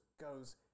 goes